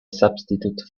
substitute